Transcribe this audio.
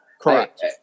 Correct